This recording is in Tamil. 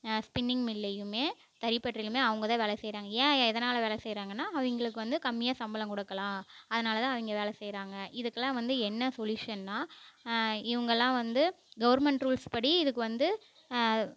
ஸ்ஃபின்னிங் மில்லேயுமே தறி பட்டறைலேயுமே அவங்கதான் வேலை செய்கிறாங்க ஏன் எதனால் வேலை செய்கிறாங்கன்னா அவங்களுக்கு வந்து கம்மியாக சம்பளம் கொடுக்கலாம் அதனால்தான் அவங்க வேலை செய்கிறாங்க இதுக்கெல்லாம் வந்து என்ன சொலியூஷன்னால் இவங்கெல்லாம் வந்து கவர்மெண்ட் ரூல்ஸ்படி இதுக்கு வந்து